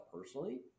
personally